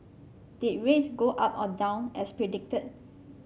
did rates go up or down as predicted